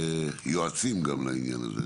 כרגע כיועצים גם לעניין הזה.